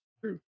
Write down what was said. true